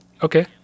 Okay